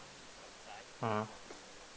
mmhmm